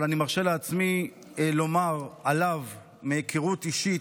אבל מהיכרות אישית אני מרשה לעצמי לומר עליו שהוא רגיש,